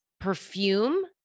perfume